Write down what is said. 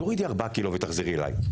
תורידי ארבעה ק"ג ותחזרי אליי.